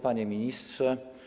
Panie Ministrze!